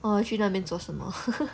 orh 去那边做什么